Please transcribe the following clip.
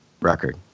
record